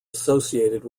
associated